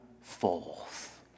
forth